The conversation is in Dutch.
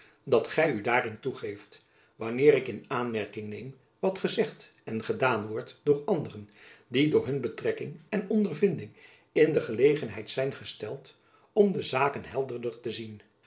musch gy u daarin toegeeft wanneer ik in aanmerking neem wat gezegd en gedaan wordt door anderen die door hun betrekking en ondervinding in de gelegenheid zijn gesteld om de zaken helderder in te zien